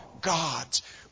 God's